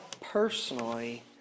personally